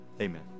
Amen